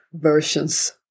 versions